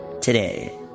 today